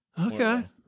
okay